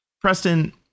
Preston